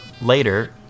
Later